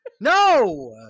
No